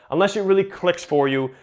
unless it really clicks for you,